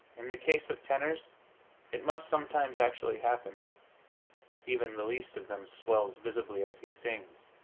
in the case of tenors it must sometimes actually happen even the least of them swells visibly as he sings,